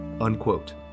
unquote